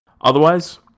Otherwise